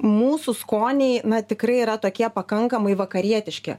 mūsų skoniai na tikrai yra tokie pakankamai vakarietiški